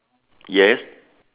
yes